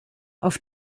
auf